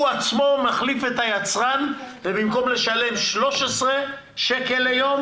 עצמו מחליף את היצרן ובמקום לשלם 13 שקלים ליום,